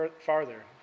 farther